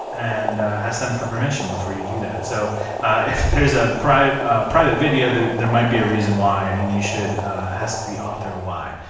and ask them for permission before you do that. so if there's a private private video, there there might be a reason why and you should ask the author why.